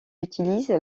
utilise